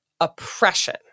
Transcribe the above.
oppression